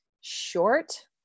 short